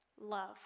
love